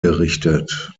gerichtet